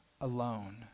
alone